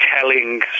telling